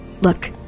Look